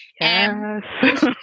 Yes